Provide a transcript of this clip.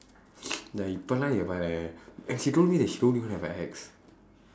நான் இப்ப எல்லா அவ:naan ippa ellaa ava and she told me that she don't even have a ex